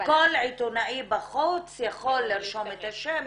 כל עיתונאי בחוץ יכול לרשום את השם,